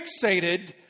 fixated